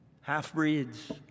half-breeds